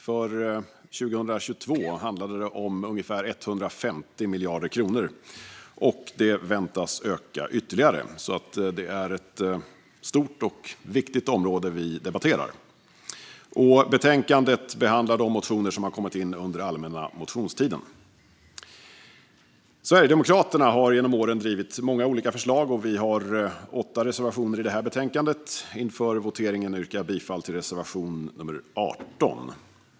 År 2022 handlade det om ungefär 150 miljarder kronor, och det väntas öka ytterligare. Det är alltså ett stort och viktigt område vi debatterar. Betänkandet behandlar de motioner som har kommit in under allmänna motionstiden. Sverigedemokraterna har genom åren drivit många olika förslag, och vi har åtta reservationer i det här betänkandet. Inför voteringen yrkar jag bifall till reservation 18.